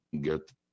get